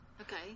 Okay